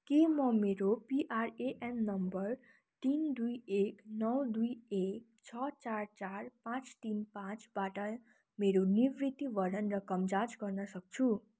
के म मेरो पिआरएएन नम्बर तिन दुई एक नौ दुई एक छ चार चार पाँच तिन पाँचबाट मेरो निवृत्तिभरण रकम जाँच गर्न सक्छु